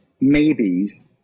maybes